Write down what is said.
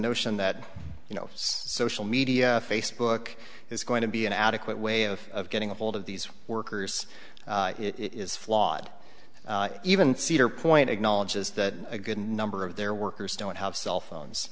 notion that you know social media facebook is going to be an adequate way of getting a hold of these workers is flawed even cedar point acknowledges that a good number of their workers don't have cell phones